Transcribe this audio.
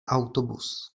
autobus